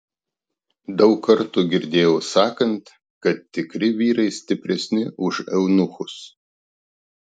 daug kartų girdėjau sakant kad tikri vyrai stipresni už eunuchus